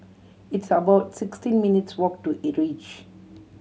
it's about sixteen minutes' walk to E Reach